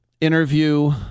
interview